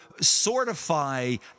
sortify